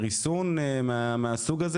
ריסון מהסוג הזה.